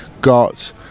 got